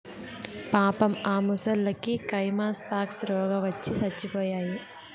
పాపం ఆ మొసల్లకి కైమస్ పాక్స్ రోగవచ్చి సచ్చిపోయాయి